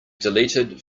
deleted